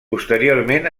posteriorment